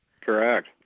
Correct